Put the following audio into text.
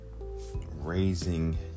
raising